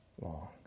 long